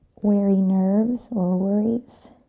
weary nerves or worries.